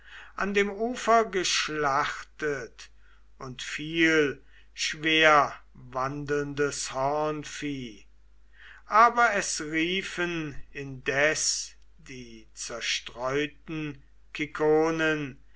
an dem ufer geschlachtet und viel schwerwandelndes hornvieh aber es riefen indes die zerstreuten